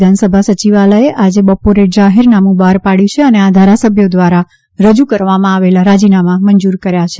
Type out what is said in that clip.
વિધાનસભા સચિવાલયે આજે બપોરે જાહેરનામું બહાર પાડ્યું છે અને આ ધારાસભ્યો દ્વારા રજૂ કરવામાં આવેલા રાજીનામાં મંજૂર કર્યા છે